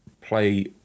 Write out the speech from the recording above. play